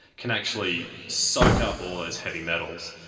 can actually soak up all those heavy metals,